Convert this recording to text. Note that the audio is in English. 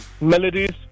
melodies